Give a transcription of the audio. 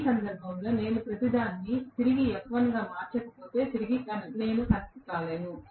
ఈ సందర్భంలో నేను ప్రతిదాన్ని తిరిగి f1 గా మార్చకపోతే నేను కనెక్ట్ కాలేను